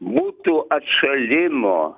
butų atšalimo